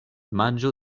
manĝo